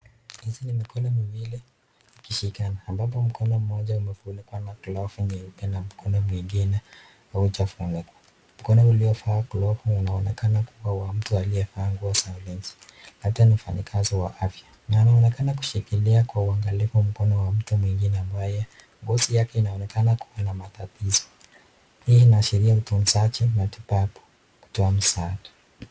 Hizi ni mikono miwili zikishikana ambapo mkono moja imefunikwa na glavu nyeupe na mikono nyingine haujafunikwa. Mkono uliovaa glavu inaonekana kukuwa wa mtu aliyevaa nguo za ulinzi labda ni mfanyikazi wa afya. Inaonekana kushikilia kwa uangalifu mkono wa mtu mwingine ambaye ngozi yake inaonekana kuwa na matatizo. Hii inaashiria utunzaji matibabu kutoa msaada.